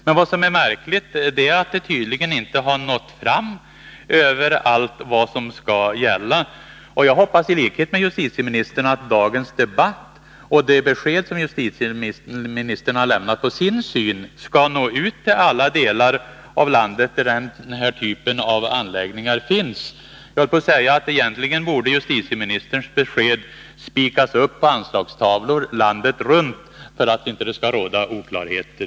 Men vad som är märkligt är att det tydligen inte har nått fram överallt vad som skall gälla, och jag hoppas i likhet med justitieministern att dagens debatt och de besked som justitieministern har lämnat när det gäller sin syn skall nå ut till alla delar av landet där den här typen av anläggningar finns. Jag höll på att säga att justitieministerns besked egentligen borde spikas upp på anslagstavlor landet runt för att det inte skall råda oklarheter.